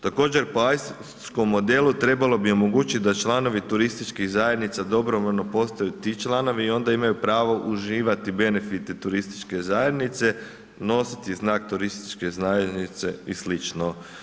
Također po ... modelu trebalo bi omogućiti da članovi turističkih zajednica dobrovoljno postaju ti članovi i onda imaju pravo uživati benefite turističke zajednice, nositi znak turističke zajednice i slično.